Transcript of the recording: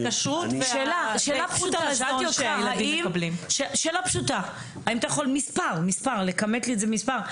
שאלה פשוטה, האם אתה יכול לכמת לי את זה במספר.